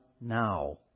now